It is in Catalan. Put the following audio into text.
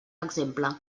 exemple